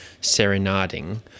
serenading